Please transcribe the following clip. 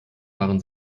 waren